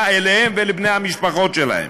ישראל אליהם ואל בני המשפחות שלהם.